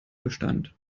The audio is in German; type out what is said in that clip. bestand